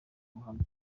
ubuhamya